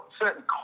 certain